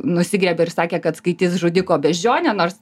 nusigriebė ir sakė kad skaitys žudiko beždžionę nors